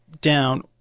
down